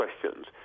questions